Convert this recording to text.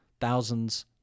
thousands